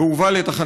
אבל היא גם מכת